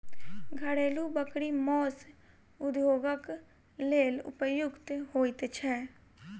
घरेलू बकरी मौस उद्योगक लेल उपयुक्त होइत छै